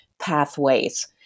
pathways